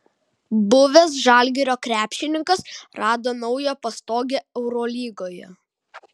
buvęs žalgirio krepšininkas rado naują pastogę eurolygoje